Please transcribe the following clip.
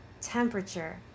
temperature